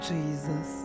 Jesus